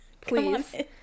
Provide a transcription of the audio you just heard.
please